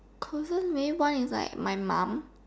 cruises maybe one is like my mum